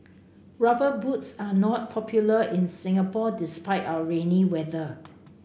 rubber boots are not popular in Singapore despite our rainy weather